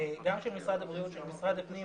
גם של משרד הבריאות, של משרד הפנים